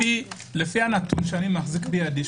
לפי הנתון שאני מחזיק בידי,